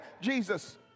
Jesus